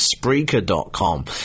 Spreaker.com